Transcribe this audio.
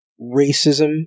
racism